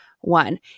one